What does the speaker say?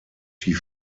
die